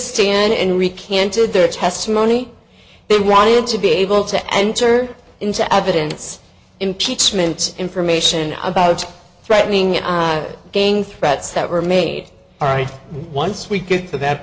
stand and recanted their testimony they wanted to be able to enter into evidence impeachments information about threatening again threats that were made all right once we get to that